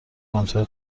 کنترل